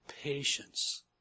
patience